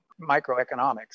microeconomics